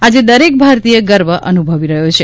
આજે દરેક ભારતીય ગર્વ અનુભવી રહ્યો છે